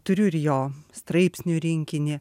turiu ir jo straipsnių rinkinį